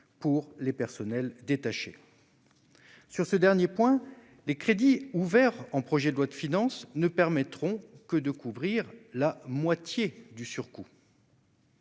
pour les personnels détachés. Sur ce dernier point, les crédits ouverts par le projet de loi de finances ne permettront de couvrir que la moitié du surcoût.